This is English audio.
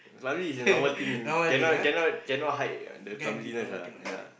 clumsy is a normal thing cannot cannot cannot hide the clumsiness ah yea